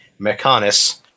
Mechanis